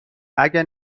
اگه